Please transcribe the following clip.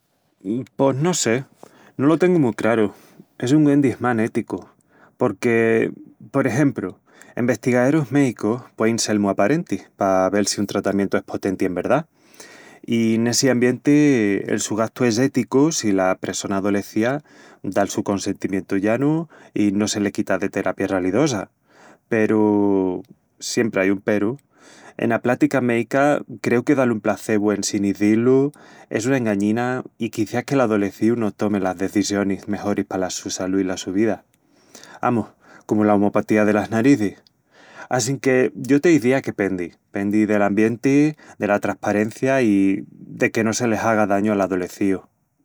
Pos no sé... no lo tengu mu craru... es un güen dismán éticu... Porque, por exempru, en vestigaerus méicus puein sel mu aparentis pa vel si un tratamientu es potenti en verdá... I n'essi ambienti, el su gastu es éticu si la pressona adolecía da el su consentimientu llanu i no se-le quita de terapia ralidosa.. Peru... siempri ai un peru... ena plática méica, creu que dal un placebu en sin izíílu es una engañina i quiciás que l'adolecíu no tomi las decisionis mejoris pala su salú i la su vida... Amus, comu la omopatía delas narizis... Assinque yo te izía que pendi... pendi del ambienti, dela trasparencia i de que no se le haga dañu al adolecíu.